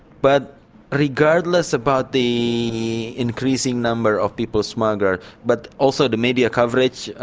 but regardless about the increasing number of people smugglers but also the media coverage,